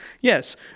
yes